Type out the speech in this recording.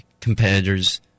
competitors